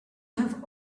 have